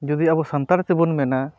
ᱡᱩᱫᱤ ᱟᱵᱚ ᱥᱟᱱᱛᱟᱲ ᱛᱮᱵᱚᱱ ᱢᱮᱱᱟ